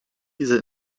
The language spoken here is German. dieser